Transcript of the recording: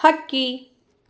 ಹಕ್ಕಿ